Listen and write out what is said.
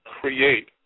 create